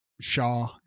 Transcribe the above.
Shaw